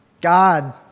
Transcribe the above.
God